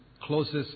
closest